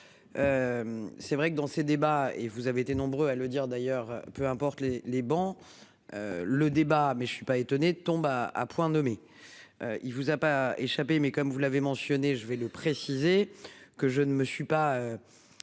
C'est vrai que dans ces débats et vous avez été nombreux à le dire d'ailleurs, peu importe les, les bancs. Le débat mais je ne suis pas étonné tomba à point nommé. Il vous a pas échappé mais comme vous l'avez mentionné, je vais le préciser que je ne me suis pas.